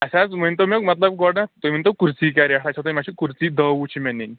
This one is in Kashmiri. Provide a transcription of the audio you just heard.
اسہِ حظ تُہۍ ؤنۍ تو مےٚ مطلب گۄڈٕ تُہۍ ؤنۍ تَو کُرسی کیاہ ریٹھاہ چھو تۄہہِ مےٚ چھ کُرسی دہ وُہ چھ مےٚ نِنۍ